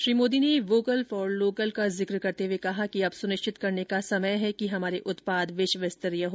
श्री मोदी ने vocal for local का जिक्र करते हुए कहा कि अब सुनिश्चित करने का समय है कि हमारे उत्पाद विश्वस्तरीय हो